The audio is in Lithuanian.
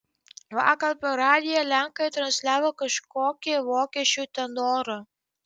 vakar per radiją lenkai transliavo kažkokį vokiečių tenorą